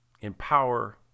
empower